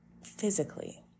physically